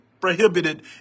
prohibited